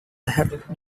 het